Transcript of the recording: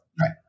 Right